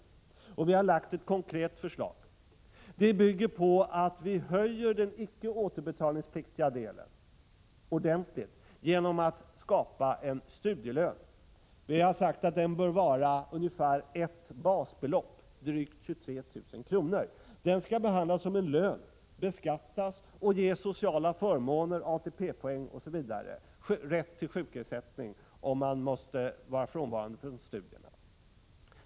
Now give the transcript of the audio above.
Det konkreta förslag vi har lagt fram bygger på en ordentlig höjning av den icke återbetalningspliktiga delen — man skapar en studielön. Vi har sagt att den bör motsvara ungefär ett basbelopp, drygt 23 000 kr. Denna studielön skall behandlas som arbetslön, beskattas, ge sociala förmåner, ATP-poäng osv., ge rätt till sjukersättning om man måste vara frånvarande från studierna på grund av sjukdom.